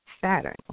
Saturn